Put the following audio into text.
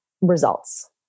results